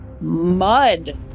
mud